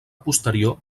posterior